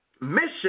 mission